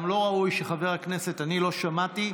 גם לא ראוי שחבר הכנסת, אני לא שמעתי,